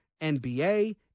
NBA